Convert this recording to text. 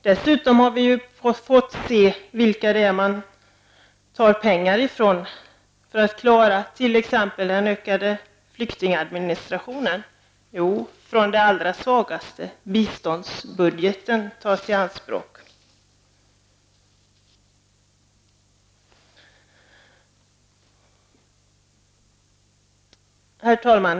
Dessutom har vi fått se från vilka man skall ta dessa pengar för att klara den ökade flyktingadministrationen. Jo, det är de allra svagaste som berörs. Pengarna skall nämligen tas i anspråk från biståndsbudgeten. Herr talman!